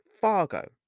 Fargo